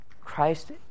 Christ